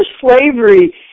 slavery